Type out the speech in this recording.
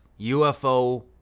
UFO